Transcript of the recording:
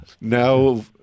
Now